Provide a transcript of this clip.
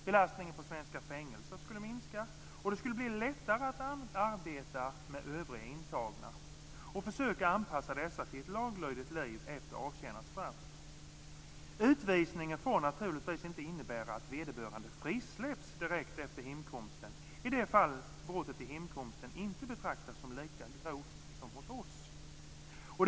Belastningen på svenska fängelser skulle minska, och det skulle bli lättare att arbeta med övriga intagna och försöka anpassa dessa till ett laglydigt liv efter avtjänat straff. Utvisningen får naturligtvis inte innebära att vederbörande frisläpps direkt efter hemkomsten i det fall brottet i hemlandet inte betraktas som lika grovt som hos oss.